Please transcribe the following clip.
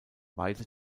weite